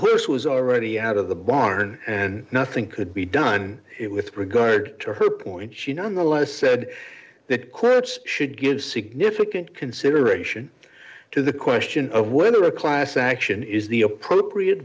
horse was already out of the barn and nothing could be done it with regard to her point she nonetheless said that curt's should give significant consideration to the question of whether a class action is the appropriate